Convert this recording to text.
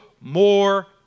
more